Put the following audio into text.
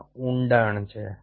આ ઊંડાણ છે